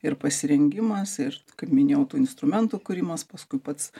ir pasirengimas ir kaip minėjau tų instrumentų kūrimas paskui pats